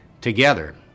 together